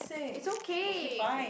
is okay